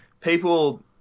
people